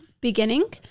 beginning